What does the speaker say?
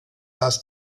das